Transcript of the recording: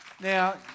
Now